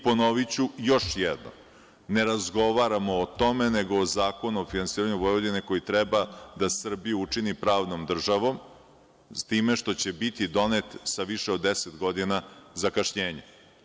Ponoviću još jednom, ne razgovaramo o tome, nego o zakonu o finansiranju Vojvodine, koji treba da Srbiji učini pravnom državom, s time što će biti donet sa više od deset godina zakašnjenja.